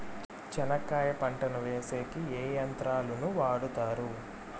చెనక్కాయ పంటను వేసేకి ఏ యంత్రాలు ను వాడుతారు?